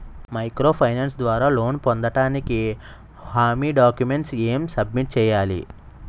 Micro finance ద్వారా loan పొందటానికి హామీ డాక్యుమెంట్స్ ఎం సబ్మిట్ చేయాలి?